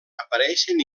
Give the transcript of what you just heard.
apareixen